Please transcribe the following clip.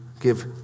give